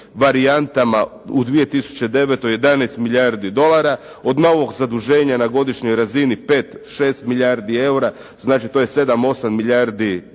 varijantama, u 2009. 11 milijardi dolara, od novog zaduženja na godišnjoj razini 5, 6 milijardi eura, znači to je 7, 8 milijardi dolara,